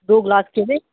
दो गलास कच्चू दे